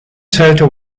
zählte